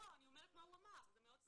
לא, אני אומרת מה הוא אמר, זה מאוד פשוט.